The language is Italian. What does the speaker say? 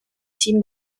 sin